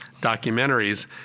documentaries